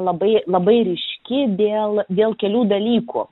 labai labai ryški dėl dėl kelių dalykų